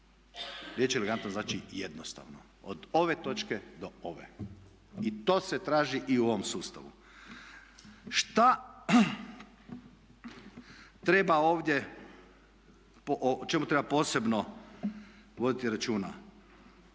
riječ elegantno znači jednostavno od ove točke do ove. I to se traži i u ovom sustavu. Šta treba ovdje, o čemu treba posebno voditi računa?